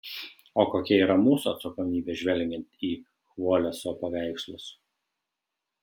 o kokia yra mūsų atsakomybė žvelgiant į chvoleso paveikslus